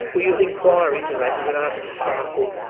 well, you'd inquire into that and you'd ask the staff, well,